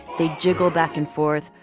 they jiggle back and forth,